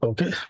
Okay